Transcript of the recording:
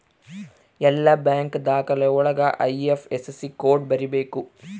ಎಲ್ಲ ಬ್ಯಾಂಕ್ ದಾಖಲೆ ಒಳಗ ಐ.ಐಫ್.ಎಸ್.ಸಿ ಕೋಡ್ ಬರೀಬೇಕು